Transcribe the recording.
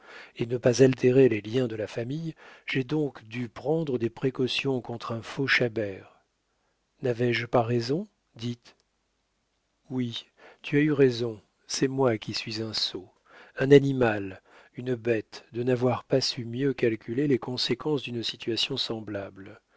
et ne pas altérer les liens de la famille j'ai donc dû prendre des précautions contre un faux chabert n'avais-je pas raison dites oui tu as eu raison c'est moi qui suis un sot un animal une bête de n'avoir pas su mieux calculer les conséquences d'une situation semblable